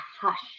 hush